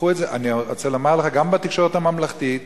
אני רוצה לומר שגם בתקשורת הממלכתית,